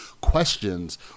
questions